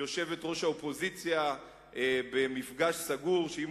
יושבת-ראש האופוזיציה במפגש סגור שהיא